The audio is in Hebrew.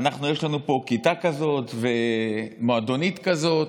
יש לנו פה כיתה כזאת ומועדונית כזאת.